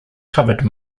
covered